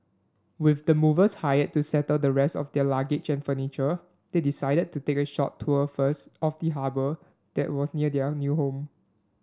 with the movers hired to settle the rest of their luggage and furniture they decided to take a short tour first of the harbour that was near their new home